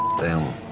damn.